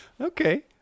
okay